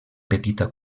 petita